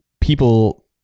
people